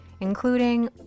including